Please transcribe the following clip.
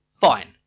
Fine